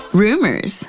rumors